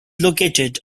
located